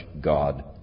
God